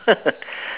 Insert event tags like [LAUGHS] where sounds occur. [LAUGHS]